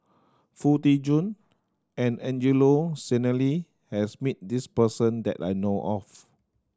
Foo Tee Jun and Angelo Sanelli has meet this person that I know of